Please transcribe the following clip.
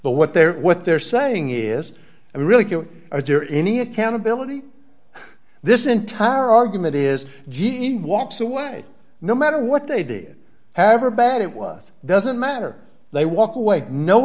the what they're what they're saying is really q are there any accountability this entire argument is jean walks away no matter what they did however bad it was doesn't matter they walk away no